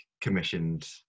commissioned